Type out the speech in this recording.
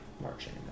marching